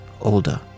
older